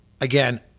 again